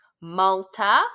malta